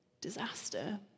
disaster